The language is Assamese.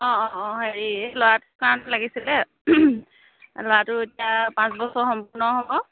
অঁ অঁ অঁ হেৰি ল'ৰাটোৰ কাৰণ লাগিছিলে ল'ৰাটোৰ এতিয়া পাঁচ বছৰ সম্পূৰ্ণ হ'ব